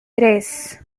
tres